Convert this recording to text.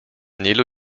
nilu